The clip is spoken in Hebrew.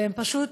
ופשוט